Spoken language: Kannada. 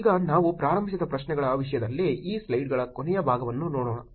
ಈಗ ನಾವು ಪ್ರಾರಂಭಿಸಿದ ಪ್ರಶ್ನೆಗಳ ವಿಷಯದಲ್ಲಿ ಈ ಸ್ಲೈಡ್ಗಳ ಕೊನೆಯ ಭಾಗವನ್ನು ನೋಡೋಣ